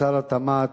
שר התמ"ת,